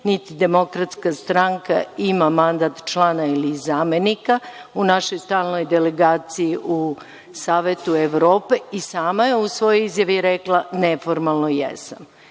niti DS ima mandat člana ili zamenika u našoj stalnoj delegaciji u Savetu Evrope. Sama je u svojoj izjavi rekla - neformalno jesam.